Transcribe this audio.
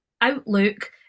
outlook